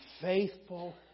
faithful